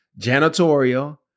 janitorial